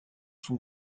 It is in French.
son